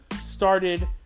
started